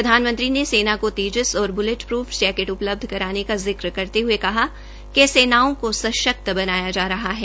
प्रधानमंत्री ने सेना को तेजस और बुल्ट प्रूफ जैकेट उपलब्ध करवाने का जिक्र करते हये कहा कि सेनाओं को सशक्त बनाया जा रहा है